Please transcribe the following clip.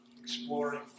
exploring